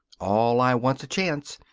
all i want's a chance.